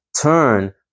turn